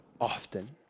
often